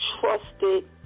Trusted